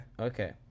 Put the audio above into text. Okay